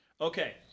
okay